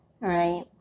right